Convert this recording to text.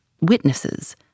witnesses